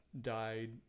died